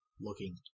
looking